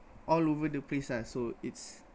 all over the place lah so it's